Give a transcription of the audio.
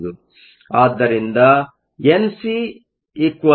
ಆದ್ದರಿಂದ N C N V ಮತ್ತು ಇದು 2